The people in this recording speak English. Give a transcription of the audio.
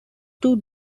two